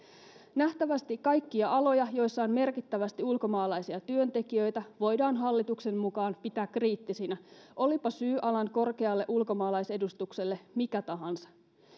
nähtävästi kaikkia aloja joissa on merkittävästi ulkomaalaisia työntekijöitä voidaan hallituksen mukaan pitää kriittisinä olipa syy alan korkealle ulkomaalaisedustukselle mikä tahansa